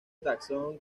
taxón